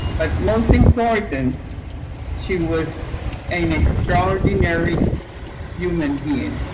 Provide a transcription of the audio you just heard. but most important she was an extraordinary human being.